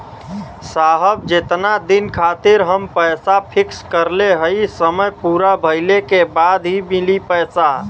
साहब जेतना दिन खातिर हम पैसा फिक्स करले हई समय पूरा भइले के बाद ही मिली पैसा?